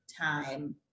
time